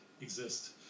exist